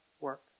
work